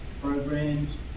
programs